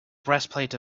breastplate